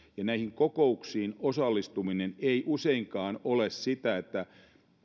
näihin kokouksiin osallistuminen ei useinkaan ole sitä että